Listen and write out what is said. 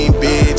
bitch